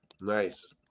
Nice